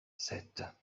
sept